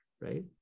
right